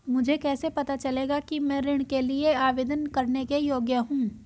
मुझे कैसे पता चलेगा कि मैं ऋण के लिए आवेदन करने के योग्य हूँ?